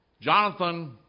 Jonathan